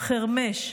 חרמש,